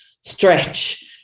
stretch